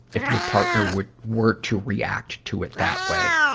if your partner would, were to react to it that way.